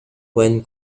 when